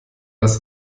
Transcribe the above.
das